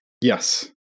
Yes